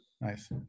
Nice